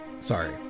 sorry